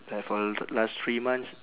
like for last three months